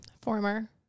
Former